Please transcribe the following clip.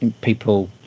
people